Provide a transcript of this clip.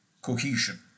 Cohesion